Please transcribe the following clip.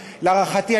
להערכתי,